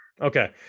Okay